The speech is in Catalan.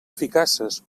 eficaces